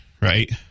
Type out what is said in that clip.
right